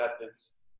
methods